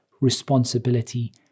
responsibility